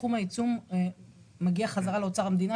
סכום העיצום מגיע חזרה לאוצר המדינה,